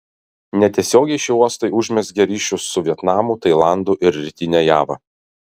netiesiogiai šie uostai užmezgė ryšius su vietnamu tailandu ir rytine java